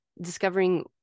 discovering